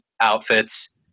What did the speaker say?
outfits